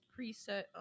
preset